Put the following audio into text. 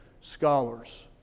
scholars